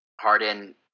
Harden